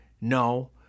No